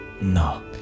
No